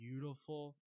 beautiful